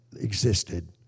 existed